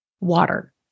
water